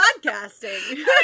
podcasting